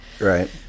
Right